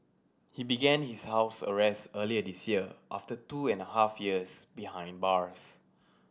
he began his house arrest earlier this year after two and a half years behind bars